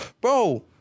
Bro